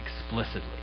explicitly